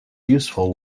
useful